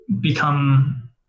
become